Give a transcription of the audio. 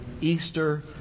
Easter